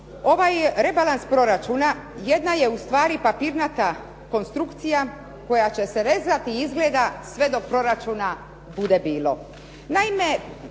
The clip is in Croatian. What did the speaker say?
Ovaj rebalans proračuna jedna je ustvari papirnata konstrukcija koja će se rezati izgleda sve dok proračuna bude bilo.